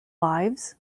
lives